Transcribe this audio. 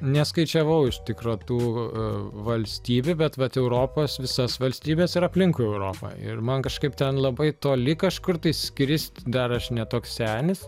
neskaičiavau iš tikro tų valstybių bet vat europos visas valstybes ir aplinkui europą ir man kažkaip ten labai toli kažkur tai skrist dar aš ne toks senis